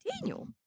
Daniel